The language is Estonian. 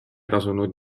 tasunud